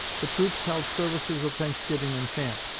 the troops held services of thanksgiving in camp,